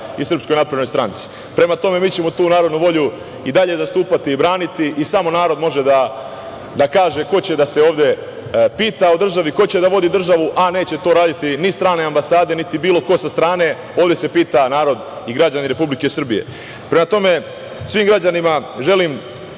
Aleksandra Vučića i SNS. Prema tome, mi ćemo tu narodnu volju i dalje zastupati i braniti. Samo narod može da kaže ko će da se ovde pita o državi, ko će da vodi državu, a neće to raditi ni strane ambasade, niti bilo ko sa strane. Ovde se pita narod i građani Republike Srbije. Prema tome, svim građanima želim